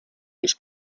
was